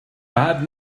bad